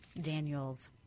daniel's